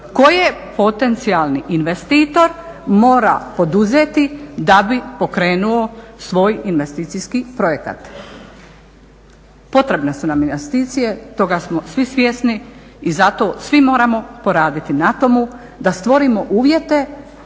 koje potencijalni investitor mora poduzeti da bi pokrenuo svoj investicijski projekat. Potrebne su nam investicije, toga smo svi svjesni i zato svi moramo poraditi na tomu da stvorimo uvjete